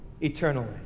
eternally